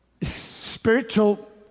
spiritual